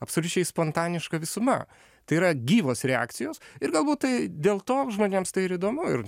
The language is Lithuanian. absoliučiai spontaniška visuma tai yra gyvos reakcijos ir galbūt tai dėl to žmonėms tai ir įdomu ir